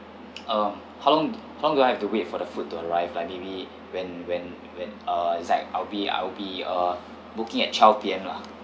um how long how long do I have to wait for the food to arrive like maybe when when when uh it's like I'll be I'll be uh booking at twelve P_M lah